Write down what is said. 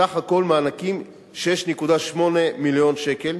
סך הכול המענקים: 6.8 מיליון שקלים,